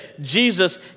Jesus